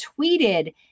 tweeted